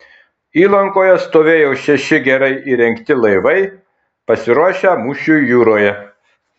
įlankoje stovėjo šeši gerai įrengti laivai pasiruošę mūšiui jūroje